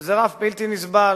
וזה רף בלתי נסבל,